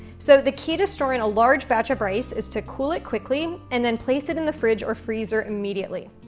so the key to storing a large batch of rice is to cool it quickly and then place it in the fridge or freezer immediately.